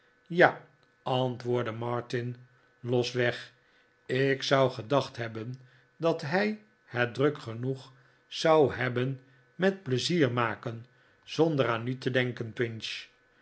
ja antwoordde martin losweg ik zou gedacht hebben dat hij het druk genoeg zou hebben met pleizier maken zonder aan u te denken